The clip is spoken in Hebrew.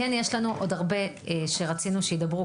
כן יש לנו עוד הרבה שרצינו שידברו,